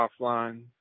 offline